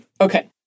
Okay